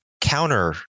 counter